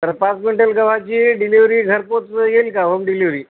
तर पाच क्विंटल गव्हाची डिलेवरी घरपोच येईल का होम डिलेवरी